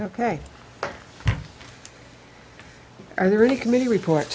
ok are there any committee report